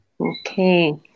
okay